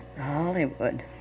Hollywood